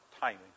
timing